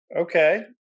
Okay